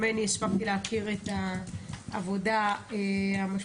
ממני הספקתי להכיר את העבודה המשמעותית